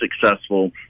successful